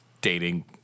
dating